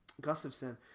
Gustafson